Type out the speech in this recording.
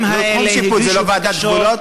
תחום שיפוט זה לא ועדת גבולות?